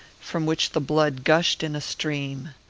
from which the blood gushed in a stream.